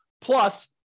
plus